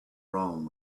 rome